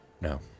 No